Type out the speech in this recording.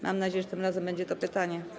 Mam nadzieję, że tym razem będzie to pytanie.